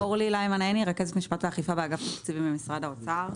אני רכזת משפט ואכיפה באגף תקציבים במשרד האוצר.